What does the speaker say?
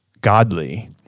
godly